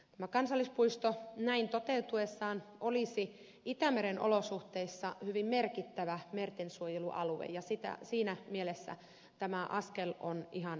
tämä kansallispuisto näin toteutuessaan olisi itämeren olosuhteissa hyvin merkittävä mertensuojelualue ja siinä mielessä tämä askel on ihan tärkeä